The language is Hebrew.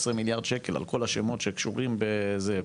מיליארד שקל על כל השמות שקשורים בזה.